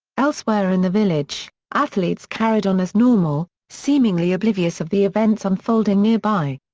elsewhere in the village, athletes carried on as normal, seemingly oblivious of the events unfolding nearby.